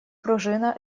пружина